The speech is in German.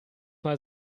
mal